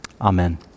Amen